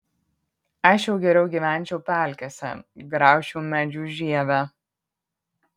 aš jau geriau gyvenčiau pelkėse graužčiau medžių žievę